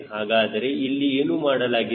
ಹಾಗಾದರೆ ಇಲ್ಲಿ ಏನು ಮಾಡಲಾಗಿದೆ